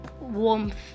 warmth